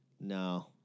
No